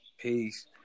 Peace